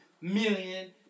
million